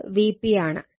ഇത് Vp ആണ്